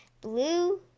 blue